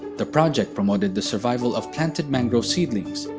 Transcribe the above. the project promoted the survival of planted mangrove seedlings,